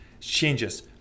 changes